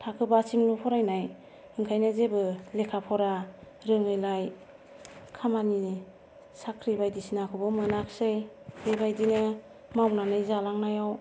थाखो बासिमल' फरायनाय ओंखायनो जेबो लेखा फरा रोङैलाय खामानि साख्रि बायदिसिनाखौबो मोनाखिसै बेबादिनो मावनानै जालांनायाव